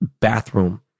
bathroom